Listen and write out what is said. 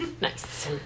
nice